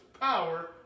power